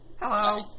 Hello